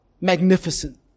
magnificent